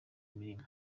imirimo